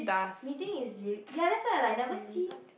meeting is really~ ya that's why I like never see